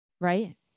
right